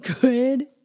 Good